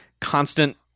constant